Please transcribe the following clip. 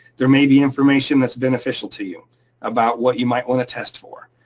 there may be information that's beneficial to you about what you might wanna test for.